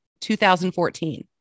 2014